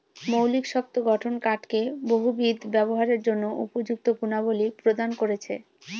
মৌলিক শক্ত গঠন কাঠকে বহুবিধ ব্যবহারের জন্য উপযুক্ত গুণাবলী প্রদান করেছে